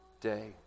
day